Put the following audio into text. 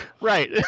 Right